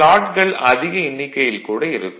ஸ்லாட்கள் அதிக எண்ணிக்கையில் கூட இருக்கும்